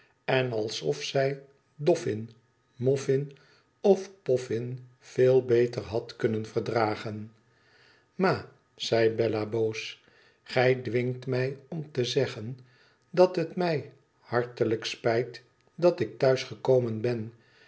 naam enabof zij doffin molfin ofpoffin veel beter had kunnen verdragen ma zd bella boos gij dwingt mij om te zeegen dat het mij hartelijk spijt dat ik thuis gekomen ben